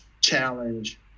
challenge